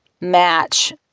match